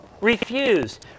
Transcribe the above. refuse